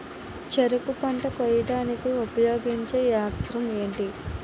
చెరుకు పంట కోయడానికి ఉపయోగించే యంత్రం ఎంటి?